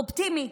אופטימי,